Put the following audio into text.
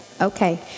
Okay